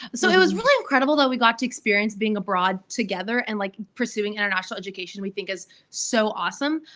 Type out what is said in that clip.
so it was really incredible that we got to experience being abroad together and like pursuing international education, we think is so awesome.